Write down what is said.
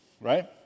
Right